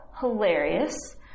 hilarious